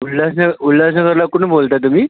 उल्हास उल्हासनगरला कुठून बोलत आहे तुम्ही